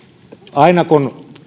aina kun